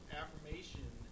affirmation